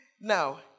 Now